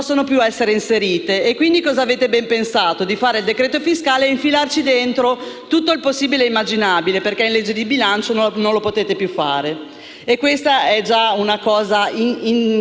Tra l'altro, sempre in base alla modifica che avete approvato, la legge di contabilità non permetterà più il controllo dei flussi di denaro: e questo è un grosso problema, che già aveva evidenziato la Corte dei conti.